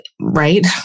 right